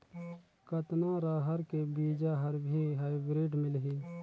कतना रहर के बीजा हर भी हाईब्रिड मिलही?